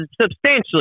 substantially